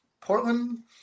Portland